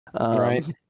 Right